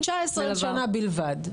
19 שנה בלבד,